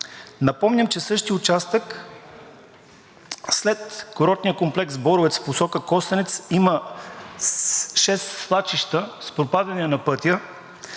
Напомням, че същият участък след курортния комплекс Боровец в посока Костенец има шест свлачища с пропадания на пътя,